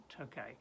okay